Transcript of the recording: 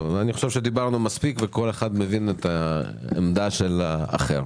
דיברנו מספיק וכל אחד הבין את עמדת האחר.